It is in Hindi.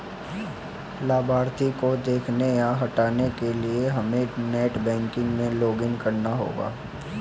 लाभार्थी को देखने या हटाने के लिए हमे नेट बैंकिंग में लॉगिन करना होगा